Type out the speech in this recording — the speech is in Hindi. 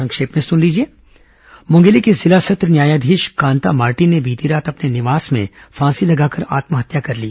संक्षिप्त समाचार मुंगेली की जिला सत्र न्यायाधीश कांता मार्टिन ने बीती रात अपने निवास में फांसी लगाकर आत्महत्या कर ली